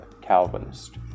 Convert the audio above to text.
Calvinist